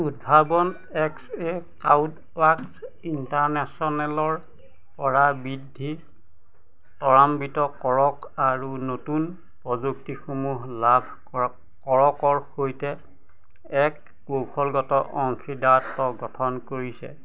উদ্ভাৱন X A cloud works ইণ্টাৰনেশ্যনেলৰ পৰা বৃদ্ধি তৰাম্বিত কৰক আৰু নতুন প্ৰযুক্তিসমূহ লাভ কৰক কৰকৰ সৈতে এক কৌশলগত অংশীদাৰত্ব গঠন কৰিছে